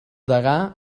degà